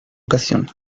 ocasión